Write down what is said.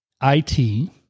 I-T